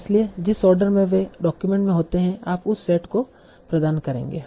इसलिए जिस आर्डर में वे डॉक्यूमेंट में होते हैं आप उस सेट को प्रदान करेंगे